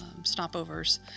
stopovers